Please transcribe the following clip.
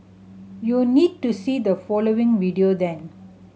you need to see the following video then